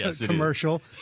commercial